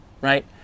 right